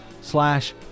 slash